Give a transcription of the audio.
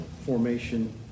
formation